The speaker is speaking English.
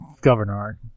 governor